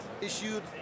issued